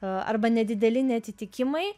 arba nedideli neatitikimai